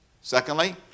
secondly